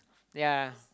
yeah